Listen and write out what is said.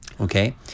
Okay